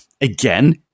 again